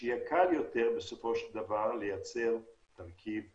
שיהיה קל יותר בסופו של דבר לייצר תרכיב אמין.